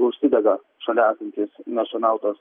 užsidega šalia esantys nešienautos